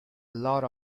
lot